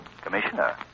Commissioner